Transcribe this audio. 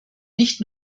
nicht